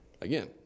Again